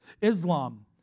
Islam